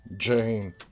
Jane